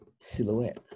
Silhouette